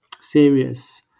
serious